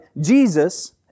Jesus